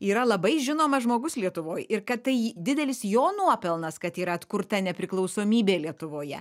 yra labai žinomas žmogus lietuvoj ir kad tai didelis jo nuopelnas kad yra atkurta nepriklausomybė lietuvoje